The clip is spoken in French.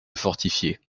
fortifiée